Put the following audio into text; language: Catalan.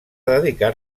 dedicar